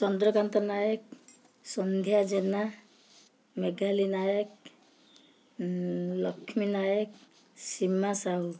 Chandrakant Nayak Sandhya Jena Meghali Nayak Lakshmi Nayak Seema Sahu